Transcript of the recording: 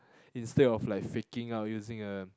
instead of faking out using a